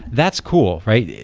that's cool, right?